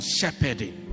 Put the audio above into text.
shepherding